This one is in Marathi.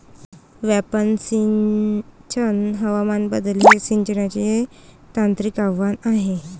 व्यापक सिंचन हवामान बदल हे सिंचनाचे तांत्रिक आव्हान आहे